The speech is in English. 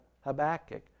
habakkuk